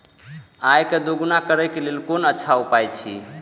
आय के दोगुणा करे के लेल कोन अच्छा उपाय अछि?